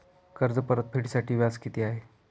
कर्ज परतफेडीसाठी व्याज किती आहे?